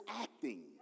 acting